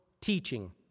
teaching